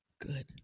good